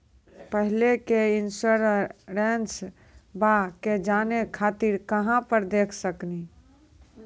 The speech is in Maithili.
पहले के इंश्योरेंसबा के जाने खातिर कहां पर देख सकनी?